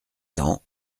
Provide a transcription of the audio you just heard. cents